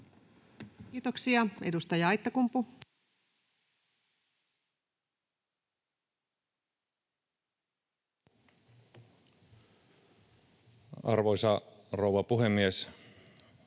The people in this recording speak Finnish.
Kiitos. Edustaja Hoskonen. Arvoisa rouva puhemies!